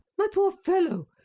my poor fellow,